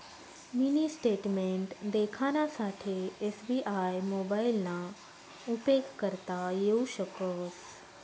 mini statement देखानासाठे SBI मोबाइलना उपेग करता येऊ शकस